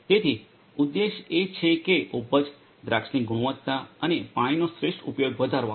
તેથી ઉદ્દેશ એ છે કે ઉપજ દ્રાક્ષની ગુણવત્તા અને પાણીનો શ્રેષ્ઠ ઉપયોગ વધારવાનો છે